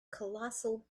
colossal